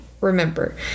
remember